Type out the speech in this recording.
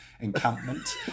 encampment